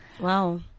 Wow